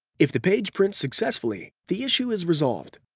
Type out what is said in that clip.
if the page prints successfully, the issue is resolved.